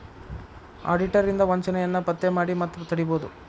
auditor ಇಂದಾ ವಂಚನೆಯನ್ನ ಪತ್ತೆ ಮಾಡಿ ಮತ್ತ ತಡಿಬೊದು